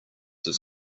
his